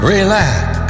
Relax